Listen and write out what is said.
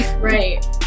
right